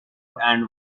and